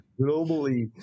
globally